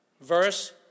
Verse